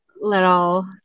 little